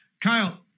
Kyle